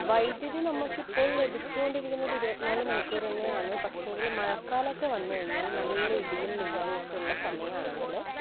വൈദ്യുതി നമുക്കിപ്പോൾ ലഭിച്ചു കൊണ്ടിരിക്കുന്നത് ഇരുപത്തി നാല് മണിക്കൂർ തന്നെയാന്ന് പക്ഷേങ്കിൽ മഴക്കാലൊക്കെ വന്ന് കഴിഞ്ഞാൽ നല്ല ഇടിയും മിന്നലും ഒക്കെ ഉള്ള സമയം ആണെങ്കിൽ